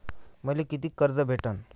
मले कितीक कर्ज भेटन?